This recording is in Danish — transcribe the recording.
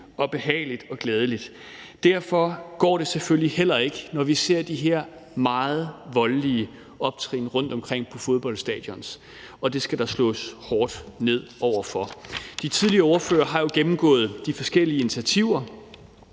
behageligt og glædeligt. Derfor går det selvfølgelig heller ikke, når vi ser de her meget voldelige optrin rundtomkring på fodboldstadioner, og det skal der slås hårdt ned på. De tidligere ordførere har gennemgået de forskellige initiativer.